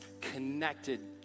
connected